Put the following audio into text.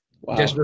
Wow